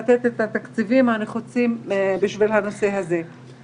זה תקצוב שאינו גדול.